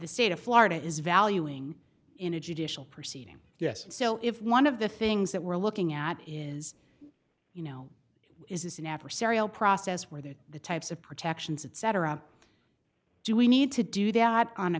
the state of florida is valuing in a judicial proceeding yes and so if one of the things that we're looking at is you know is this an adversarial process where there are the types of protections that cetera do we need to do that on a